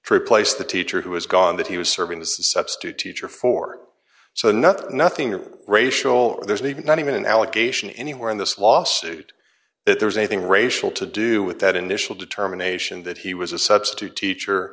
true place the teacher who is gone that he was serving the substitute teacher for so nothing nothing racial or there's even not even an allegation anywhere in this lawsuit that there was anything racial to do with that initial determination that he was a substitute teacher